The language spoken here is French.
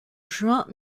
juin